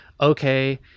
okay